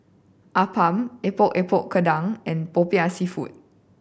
appam Epok Epok Kentang and Popiah Seafood